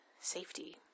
safety